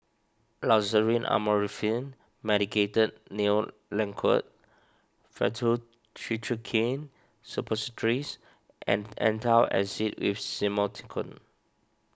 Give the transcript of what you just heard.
Loceryl Amorolfine Medicated Nail Lacquer Faktu Cinchocaine Suppositories and Antacid with Simethicone